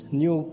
new